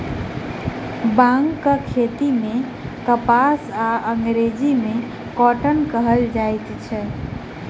बांग के हिंदी मे कपास आ अंग्रेजी मे कौटन कहल जाइत अछि